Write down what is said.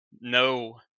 no